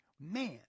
Man